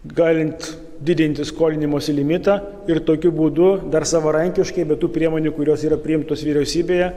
galint didinti skolinimosi limitą ir tokiu būdu dar savarankiškai be tų priemonių kurios yra priimtos vyriausybėje